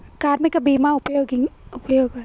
కార్మిక బీమా ఉపయోగాలేంటి?